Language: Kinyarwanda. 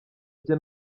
bye